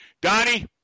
Donnie